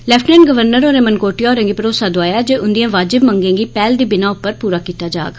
lieutenant governor होरें मनकोटिया होरें गी भरोसा दोआया जे उंदियें वाजिब मंगें गी पैहल दी बिनाह उप्पर पूरा कीत्ता जाग